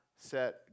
set